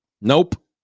Nope